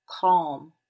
CALM